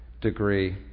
degree